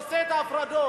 עושה את ההפרדות.